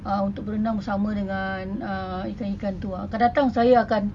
uh untuk berenang bersama dengan ikan-ikan tu ah akan datang saya akan